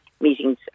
meetings